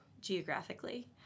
geographically